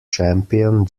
champion